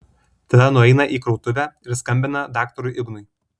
tada nueina į krautuvę ir skambina daktarui ignui